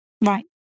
Right